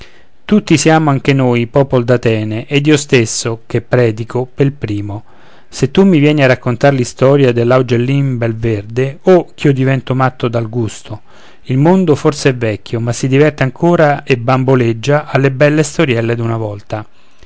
tutti tutti siamo anche noi popol d'atene ed io stesso che predico pel primo se tu mi vieni a raccontar l'istoria dell'augellin bel verde oh ch'io divento matto dal gusto il mondo forse è vecchio ma si diverte ancora e bamboleggia alle belle storielle d'una volta